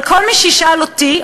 אבל כל מי שישאל אותי,